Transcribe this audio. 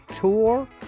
tour